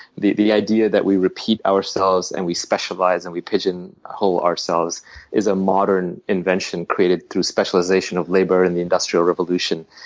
the the idea that we repeat ourselves, and we specialize and we pigeon hole ourselves is a modern invention created through specialization of labor in the industrial revolution.